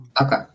Okay